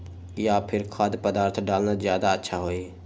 या फिर खाद्य पदार्थ डालना ज्यादा अच्छा होई?